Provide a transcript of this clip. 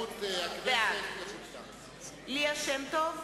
בעד ליה שמטוב,